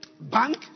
Bank